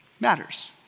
matters